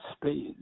space